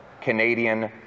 Canadian